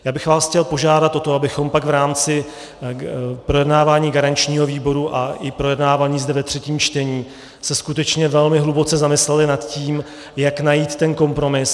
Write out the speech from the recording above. Já bych vás chtěl požádat o to, abychom se pak v rámci projednávání garančního výboru a i projednávání zde ve třetím čtení skutečně velmi hluboce zamysleli nad tím, jak najít ten kompromis.